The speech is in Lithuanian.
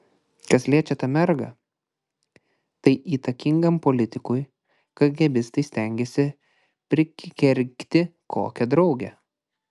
kas liečia tą mergą tai įtakingam politikui kagėbistai stengiasi prikergti kokią draugę